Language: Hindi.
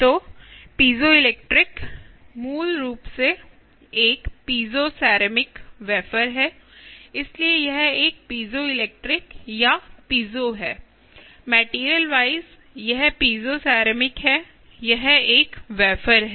तो पीज़ोइलेक्ट्रिक मूल रूप से एक पीज़ोसेरेमिक वेफर है इसलिए यह एक पीज़ोइलेक्ट्रिक या पीज़ो है मेटेरियल वाइज यह पीज़ोसेरेमिक है यह एक वेफर है